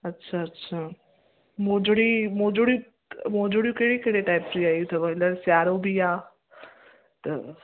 अच्छा अच्छा मोजिड़ी मोजिड़ियूं मोजिड़ियूं कहिड़े कहिड़े टाइप जी आयूं अथव हेल सीआरो बि आहे त